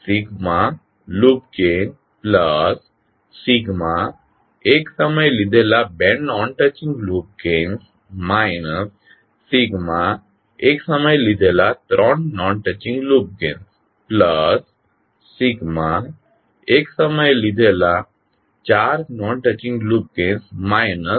1 loop ગેઇનએક સમયે લીધેલા બે નોન ટચિંગ લૂપ ગેઇન્સ એક સમયે લીધેલા ત્રણ નોન ટચિંગ લૂપ ગેઇન્સ એક સમયે લીધેલા ચાર નોન ટચિંગ લૂપ ગેઇન્સ